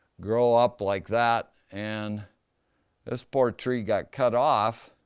grow up like that, and this poor tree got cut off,